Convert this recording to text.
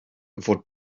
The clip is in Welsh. fod